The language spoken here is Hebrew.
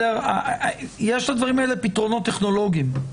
יש לדברים האלה פתרונות טכנולוגיים.